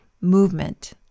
movement